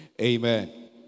Amen